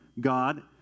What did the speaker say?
God